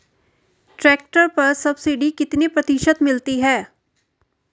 Tractor पर subsidy कितने प्रतिशत मिलती है?